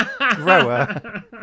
grower